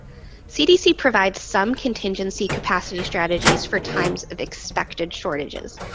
cdc provides some contingency capacity strategies for times of expected shortages.